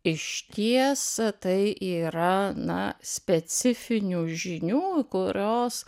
išties tai yra na specifinių žinių kurios